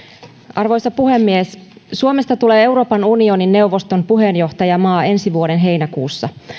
arvoisa puhemies suomesta tulee euroopan unionin neuvoston puheenjohtajamaa ensi vuoden heinäkuussa